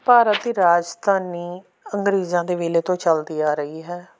ਭਾਰਤ ਦੀ ਰਾਜਧਾਨੀ ਅੰਗਰੇਜ਼ਾਂ ਦੇ ਵੇਲੇ ਤੋਂ ਚਲਦੀ ਆ ਰਹੀ ਹੈ